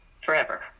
forever